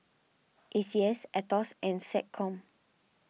A C S Aetos and SecCom